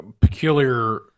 peculiar